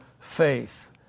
faith